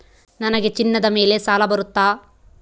ನನಗೆ ಚಿನ್ನದ ಮೇಲೆ ಸಾಲ ಬರುತ್ತಾ?